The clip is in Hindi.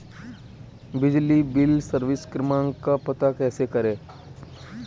बिजली बिल सर्विस क्रमांक का पता कैसे करें?